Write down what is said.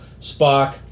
spock